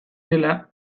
dela